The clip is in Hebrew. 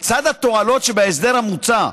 לצד התועלות שבהסדר המוצע,